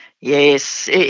Yes